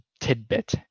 tidbit